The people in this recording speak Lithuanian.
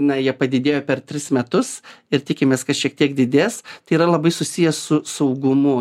na jie padidėjo per tris metus ir tikimės kad šiek tiek didės tai yra labai susiję su saugumu